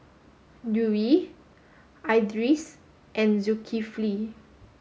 Dewi Idris and Zulkifli